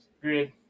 Grid